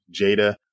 Jada